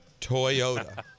Toyota